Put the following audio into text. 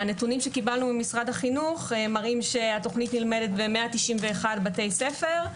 הנתונים שקיבלנו ממשרד החינוך מראים שהתוכנית נלמדת ב-191 בתי ספר,